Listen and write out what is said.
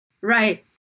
Right